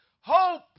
Hope